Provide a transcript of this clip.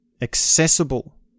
Accessible